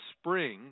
spring